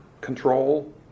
control